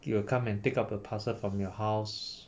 they will come and take up the parcel from your house